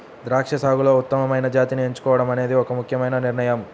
ద్రాక్ష సాగులో ఉత్తమమైన జాతిని ఎంచుకోవడం అనేది ఒక ముఖ్యమైన నిర్ణయం